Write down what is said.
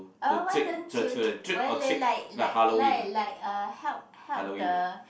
oh why don't you why they like like like like uh help help the